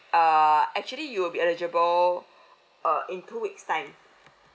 uh actually you'll be eligible err in two weeks time